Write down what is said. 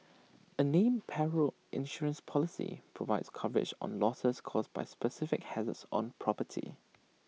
A named Perils Insurance Policy provides coverage on losses caused by specific hazards on property